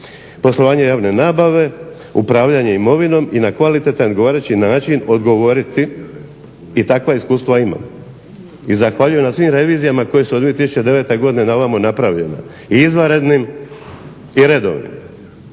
poslovanje javne nabave, upravljanje imovinom i na kvalitetan ogovarajući način odgovoriti i takva iskustva ima. I zahvaljujem na svim revizijama koje su od 2009.godina na ovamo napravljene i izvanrednim i redovnim.